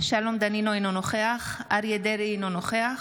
שלום דנינו, אינו נוכח אריה מכלוף דרעי, אינו נוכח